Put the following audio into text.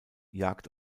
jagd